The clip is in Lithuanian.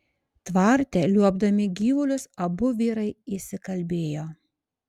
tvarte liuobdami gyvulius abu vyrai įsikalbėjo